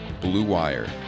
BlueWire